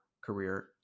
career